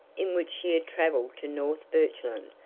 in which she had traveled to north birchland,